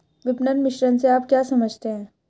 विपणन मिश्रण से आप क्या समझते हैं?